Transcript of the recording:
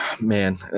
man